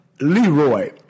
Leroy